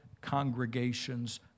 congregations